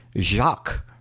Jacques